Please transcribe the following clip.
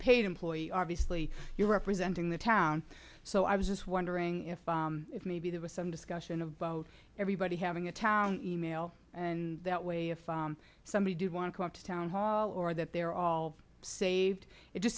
paid employee obviously you're representing the town so i was just wondering if maybe there was some discussion of everybody having a town email and that way if somebody did want to come to town hall or that they are all saved it just